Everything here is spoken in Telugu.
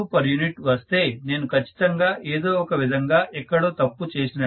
u వస్తే నేను ఖచ్చితంగా ఏదో ఒక విధంగా ఎక్కడో తప్పు చేసినట్లు